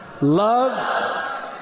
love